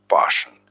passion